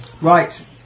right